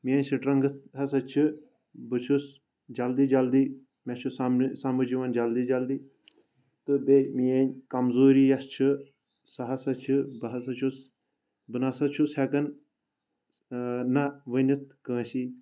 میٲنۍ سٹرنگتھ ہ سا چھِ بہٕ چھُس جلدی جلدی مےٚ چھُ سمجھ یوان جلدی جلدی تہٕ بییہِ میٲنۍ کمزوری یۄس چھ سۄ ہسا چھٕ بہٕ ہسا چھُس بہٕ نسا چھُس ہیکان نہَ ونتھ کٲنسی